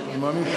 אבל מאמין,